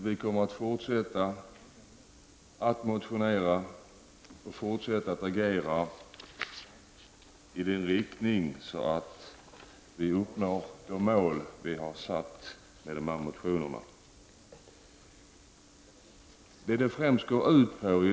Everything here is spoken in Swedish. Vi kommer därför att fortsätta med att avge motioner och agera för att syftet med motionerna skall kunna uppnås.